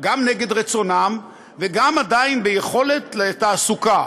גם נגד רצונם וגם עדיין ביכולת תעסוקה.